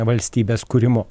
valstybės kūrimo